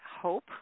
hope